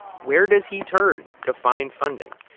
where does he turn to find funding.